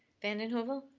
vanden heuvel?